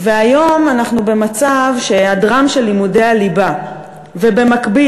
והיום אנחנו במצב שהיעדרם של לימודי הליבה ובמקביל